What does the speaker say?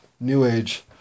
new-age